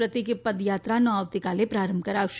પ્રતીક પદયાત્રાનો આવતીકાલે પ્રારંભ કરાવશે